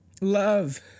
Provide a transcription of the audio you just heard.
Love